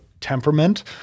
temperament